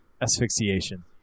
asphyxiation